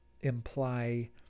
imply